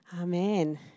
Amen